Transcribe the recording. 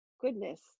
goodness